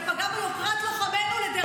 זה פגע ביוקרת לוחמינו לדיראון עולם.